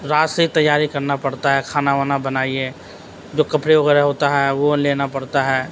رات سے ہی تیاری کرنا پڑتا ہے کھانا وانا بنائیے جو کپڑے وغیرہ ہوتا ہے وہ لینا پڑتا ہے